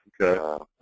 Okay